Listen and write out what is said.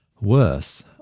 Worse